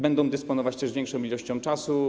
Będzie dysponować też większą ilością czasu.